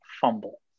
fumble